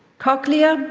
cochlear,